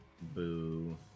Boo